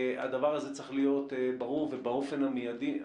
הדבר הזה צריך להיות ברור ובאופן המיידי.